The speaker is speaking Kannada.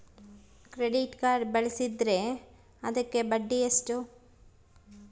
ಕ್ರೆಡಿಟ್ ಕಾರ್ಡ್ ಬಳಸಿದ್ರೇ ಅದಕ್ಕ ಬಡ್ಡಿ ಎಷ್ಟು?